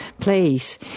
place